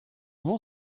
vont